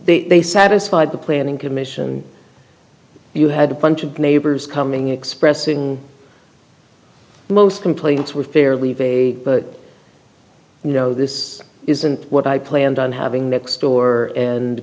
the they satisfied the planning commission you had a bunch of neighbors coming expressing most complaints were fairly vague but you know this isn't what i planned on having next door and